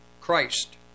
Christ